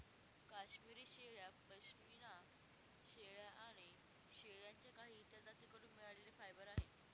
काश्मिरी शेळ्या, पश्मीना शेळ्या आणि शेळ्यांच्या काही इतर जाती कडून मिळालेले फायबर आहे